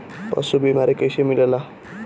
पशु बीमा कैसे मिलेला?